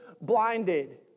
blinded